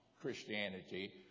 Christianity